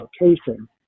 location